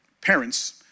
parents